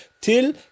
till